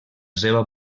seva